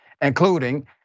including